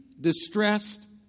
distressed